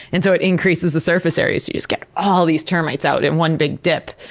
and so it increases the surface area so you just get all these termites out in one big dip.